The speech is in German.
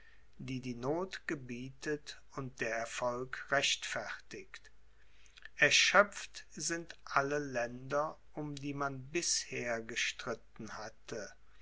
die die noth gebietet und der erfolg rechtfertigt erschöpft sind alle länder um die man bisher gestritten hatte